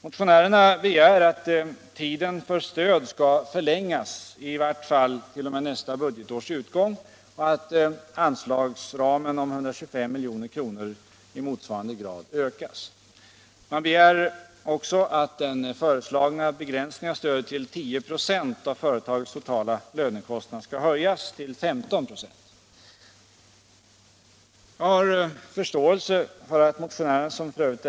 Motionärerna begär att tiden för stöd skall förlängas i vart fall t.o.m. nästa budgetårs utgång och att anslagsramen på 125 milj.kr. i motsvarande grad ökas. De begär också att den föreslagna begränsningen av stödet till 10 96 av företagets totala lönekostnad skall höjas till 15 96. Jag har förståelse för att motionärerna, som f.ö.